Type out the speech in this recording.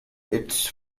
its